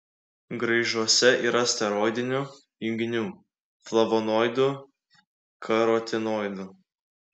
graižuose yra steroidinių junginių flavonoidų karotinoidų